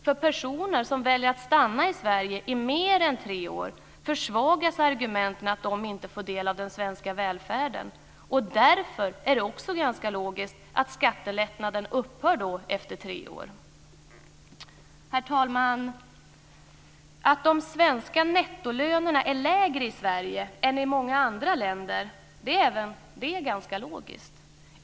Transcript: För personer som väljer att stanna i Sverige i mer än tre år försvagas argumenten att de inte får del av den svenska välfärden. Därför är det också ganska logiskt att skattelättnaden upphör efter tre år. Herr talman! Att de svenska nettolönerna är lägre än i många andra länder är även det ganska logiskt.